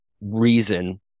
reason